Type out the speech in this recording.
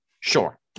sure